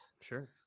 sure